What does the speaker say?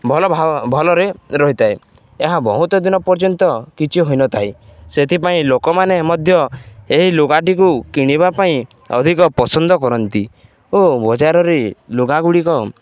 ଭଲ ଭଲରେ ରହିଥାଏ ଏହା ବହୁତ ଦିନ ପର୍ଯ୍ୟନ୍ତ କିଛି ହୋଇନଥାଏ ସେଥିପାଇଁ ଲୋକମାନେ ମଧ୍ୟ ଏହି ଲୁଗାଟିକୁ କିଣିବା ପାଇଁ ଅଧିକ ପସନ୍ଦ କରନ୍ତି ଓ ବଜାରରେ ଲୁଗା ଗୁଡ଼ିକ